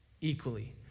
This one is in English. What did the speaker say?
equally